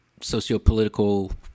sociopolitical